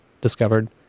discovered